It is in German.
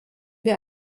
wir